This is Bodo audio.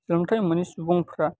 सोलोंथाइ मोनि सुबुंफ्रा